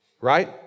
right